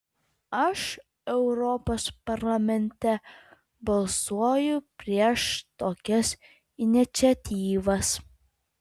aš europos parlamente balsuoju prieš tokias iniciatyvas